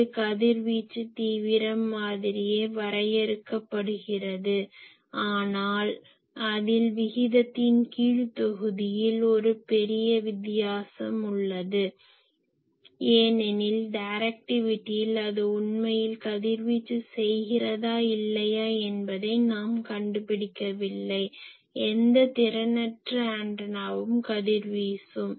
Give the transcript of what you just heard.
இது கதிர்வீச்சு தீவிரம் மாதிரியே வரையறுக்கப்படுகிறது ஆனால் அதில் விகிதத்தின் கீழ் தொகுதியில் ஒரு பெரிய வித்தியாசம் உள்ளது ஏனெனில் டைரக்டிவிட்டியில் அது உண்மையில் கதிர்வீச்சு செய்கிறதா இல்லையா என்பதை நாம் கண்டுபிடிக்கவில்லை எந்த திறனற்ற ஆண்டனாவும் கதிர்வீசும்